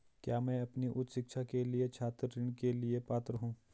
क्या मैं अपनी उच्च शिक्षा के लिए छात्र ऋण के लिए पात्र हूँ?